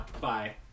Bye